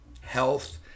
Health